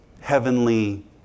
heavenly